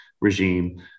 regime